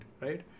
right